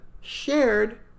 shared